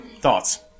thoughts